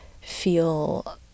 feel